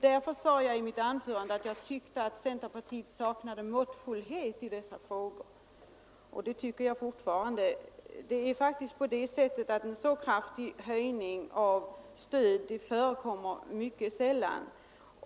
Därför sade jag i mitt anförande att jag tyckte att centerpartiet saknade måttfullhet i dessa frågor. Det tycker jag fortfarande. En så kraftig höjning av stöd förekommer mycket sällan.